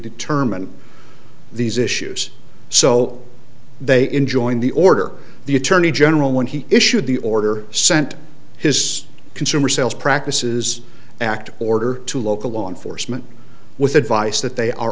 determine these issues so they enjoin the order the attorney general when he issued the order sent his consumer sales practices act order to local law enforcement with advice that they are